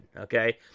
okay